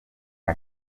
nka